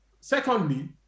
Secondly